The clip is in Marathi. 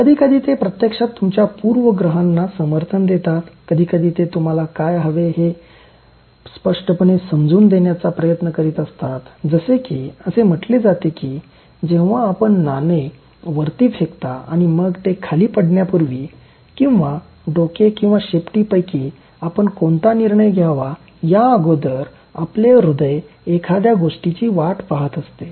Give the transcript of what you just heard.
कधीकधी ते प्रत्यक्षात तुमच्या पूर्वग्रहांना समर्थन देतात कधीकधी ते तुम्हाला काय हवे आहे हे स्पष्टपणे समजून देण्याचा प्रयत्न करीत असतात जसे की असे म्हटले जाते की जेव्हा आपण नाणे वरती फेकता आणि मग ते खाली पडण्यापूर्वी किंवा डोके किंवा शेपटी पैकी आपण कोणता निर्णय घ्यावा याअगोदर आपले हृदय एखाद्या गोष्टीची वाट पाहत असते